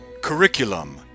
Curriculum